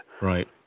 Right